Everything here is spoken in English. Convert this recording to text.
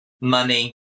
money